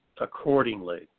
accordingly